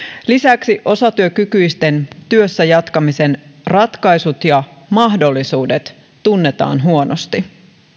lisäksi osatyökykyisten työssä jatkamisen ratkaisut ja mahdollisuudet tunnetaan huonosti